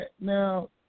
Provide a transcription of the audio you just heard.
now